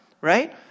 right